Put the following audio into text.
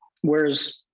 Whereas